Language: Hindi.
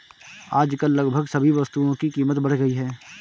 आजकल लगभग सभी वस्तुओं की कीमत बढ़ गई है